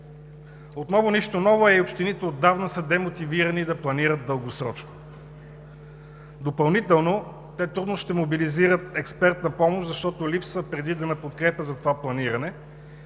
Отново нищо ново, а и общините отдавна са демотивирани да планират дългосрочно. Допълнително те трудно ще мобилизират експертна помощ, защото липсва предвидена подкрепа за това планиране